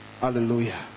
hallelujah